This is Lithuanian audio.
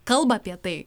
kalba apie tai